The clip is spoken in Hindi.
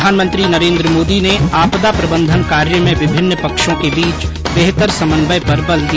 प्रधानमंत्री नरेन्द्र मोदी ने आपदा प्रबंधन कार्य में विभिन्न पक्षों के बीच बेहतर समन्वय पर बल दिया